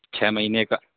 چھ مہینے کا